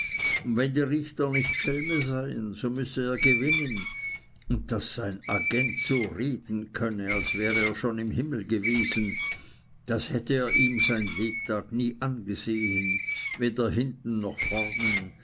und wenn die richter nicht schelme seien so müsse er gewinnen und daß sein agent so reden könne als wäre er schon im himmel gewesen das hätte er ihm sein lebtag nie angesehen weder hinten noch vornen